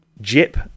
Jip